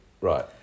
right